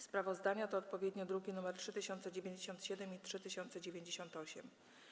Sprawozdania to odpowiednio druki nr 3097 i 3098.